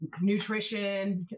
nutrition